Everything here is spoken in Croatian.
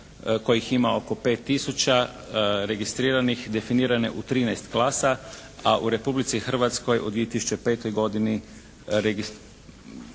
kojih ima oko 5 tisuća registriranih, definirane u 13 klasa, a u Republici Hrvatskoj u 2005. godini zabilježen